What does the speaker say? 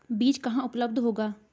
बीज कहाँ उपलब्ध होगा?